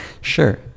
sure